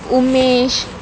Umesh